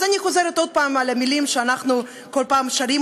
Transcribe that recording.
אז אני חוזרת עוד הפעם על המילים שאנחנו כל פעם שרים